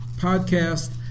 podcast